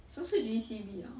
什么是 G_C_B ah